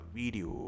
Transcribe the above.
video